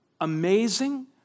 amazing